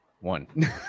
one